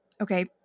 Okay